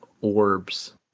orbs